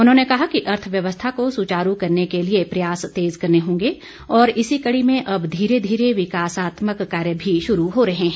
उन्होंने कहा कि अर्थव्यवस्था को सुचारू करने के लिए प्रयास तेज करने होंगे और इसी कड़ी में अब धीरे धीरे विकासात्मक कार्य भी शुरू हो रहे हैं